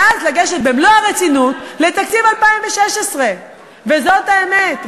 ואז לגשת במלוא הרצינות לתקציב 2016. וזאת האמת,